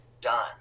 done